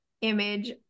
image